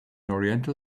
oriental